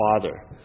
Father